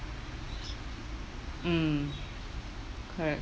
mm correct